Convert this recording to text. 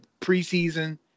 preseason